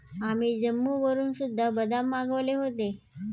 आम्ही जम्मूवरून सुद्धा बदाम मागवले होते